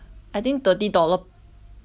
per pax 这种起码都是这种